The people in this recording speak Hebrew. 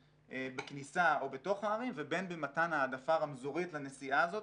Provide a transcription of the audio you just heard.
בכניסה או בתוך הערים ובין במתן העדפה רמזורית לנסיעה הזאת.